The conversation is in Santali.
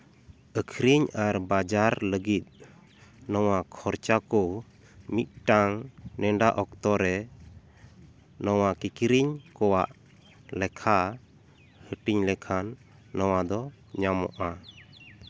ᱟᱹᱠᱷᱨᱤᱧ ᱟᱨ ᱵᱟᱡᱟᱨ ᱞᱟᱹᱜᱤᱫ ᱱᱚᱣᱟ ᱠᱷᱚᱨᱪᱟ ᱠᱚ ᱢᱤᱫᱴᱟᱝ ᱱᱮᱰᱟ ᱚᱠᱛᱚ ᱨᱮ ᱱᱚᱣᱟ ᱠᱤᱠᱤᱨᱤᱧ ᱠᱚᱣᱟᱜ ᱞᱮᱠᱷᱟ ᱦᱟᱹᱴᱤᱧ ᱞᱮᱠᱷᱟᱱ ᱱᱚᱣᱟ ᱫᱚ ᱧᱟᱢᱚᱜᱼᱟ